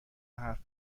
حرف